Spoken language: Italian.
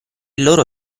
loro